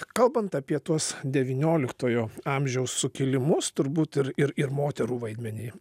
kalbant apie tuos devynioliktojo amžiaus sukilimus turbūt ir ir moterų vaidmenį